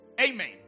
Amen